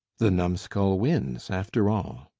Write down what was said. the numskull wins, after all.